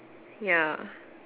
ya